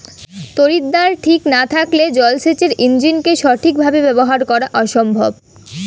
তড়িৎদ্বার ঠিক না থাকলে জল সেচের ইণ্জিনকে সঠিক ভাবে ব্যবহার করা অসম্ভব